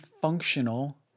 functional